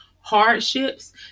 hardships